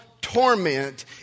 torment